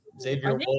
Xavier